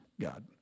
God